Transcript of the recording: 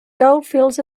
goldfields